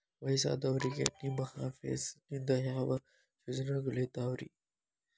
ವಯಸ್ಸಾದವರಿಗೆ ನಿಮ್ಮ ಆಫೇಸ್ ನಿಂದ ಯಾವ ಯೋಜನೆಗಳಿದಾವ್ರಿ?